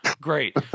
Great